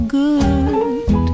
good